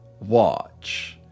watch